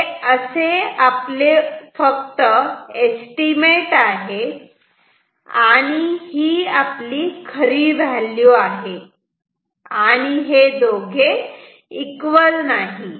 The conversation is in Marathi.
तर असे हे आपले एस्टिमेट आहे आणि ही खरी व्हॅल्यू आहे आणि हे दोघे इक्वल नाही